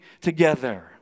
together